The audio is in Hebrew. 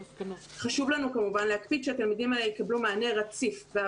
חשוב לנו כמובן להקפיד שהתלמידים האלה יקבלו מענה רציף וכי